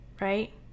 right